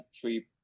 three